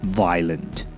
violent